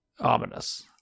Ominous